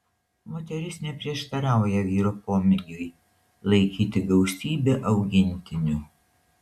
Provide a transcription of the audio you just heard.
moteris neprieštarauja vyro pomėgiui laikyti gausybę augintinių